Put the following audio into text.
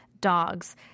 dogs